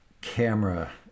camera